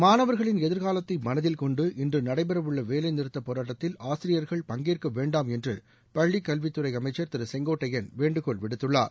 மாணவர்களின் எதிர்காலத்தை மனதில்கொண்டு இன்று நடைபெற உள்ள வேலைநிறுத்த போராட்டத்தில் ஆசிரியர்கள் பங்கேற்க வேண்டாம் என்று பள்ளிக்கல்வித் துறை அமைச்சர் திரு செங்கோட்டையள் வேண்டுகோள் விடுத்துள்ளார்